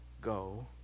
go